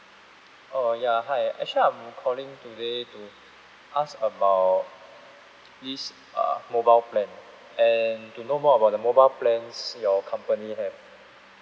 oh ya hi actually I'm calling today to ask about this uh mobile plan and to know more about the mobile plans your company have